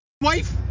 wife